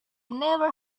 never